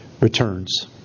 returns